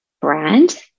brand